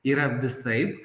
yra visaip